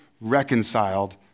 reconciled